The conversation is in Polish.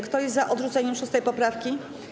Kto jest za odrzuceniem 6. poprawki?